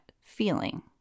feeling